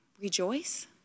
Rejoice